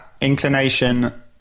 inclination